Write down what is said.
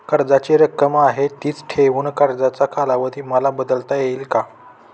कर्जाची रक्कम आहे तिच ठेवून कर्जाचा कालावधी मला बदलता येईल का?